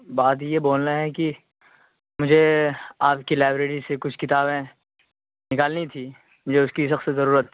بات یہ بولنا ہے کہ مجھے آپ کی لائیبریری سے کچھ کتابیں نکالنی تھیں مجھے اس کی سخت ضرورت